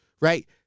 right